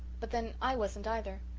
but then i wasn't either.